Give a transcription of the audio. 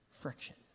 friction